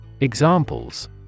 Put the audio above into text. Examples